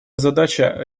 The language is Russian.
задача